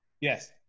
Yes